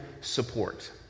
support